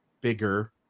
bigger